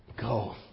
go